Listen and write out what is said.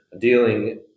Dealing